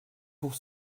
pour